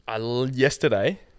yesterday